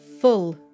full